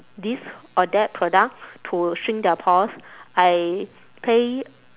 this or that product to shrink their pores I pay